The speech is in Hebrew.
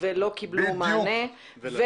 ולא קיבלו מענה,